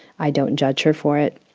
i don't judge her for it.